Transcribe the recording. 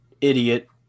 idiot